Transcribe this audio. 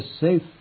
safe